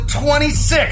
26